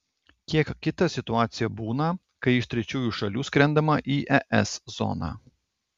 kiek kita situacija būna kai iš trečiųjų šalių skrendama į es zoną